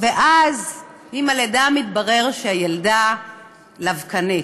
ואז עם הלידה מתברר שהילדה לבקנית.